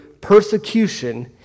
persecution